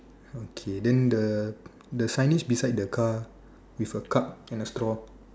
okay then the the signage beside the car with a cup and a straw